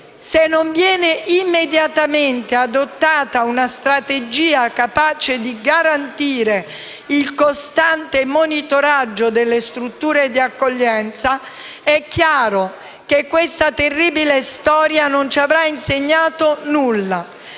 Se non viene immediatamente adottata una strategia capace di garantire il costante monitoraggio delle strutture di accoglienza, è chiaro che questa terribile storia non ci avrà insegnato nulla.